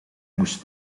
moest